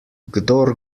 kdor